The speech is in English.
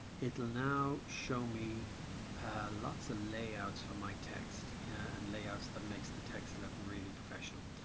it'll now show me lots of layouts for my text yeah and layouts that makes the text look really professional.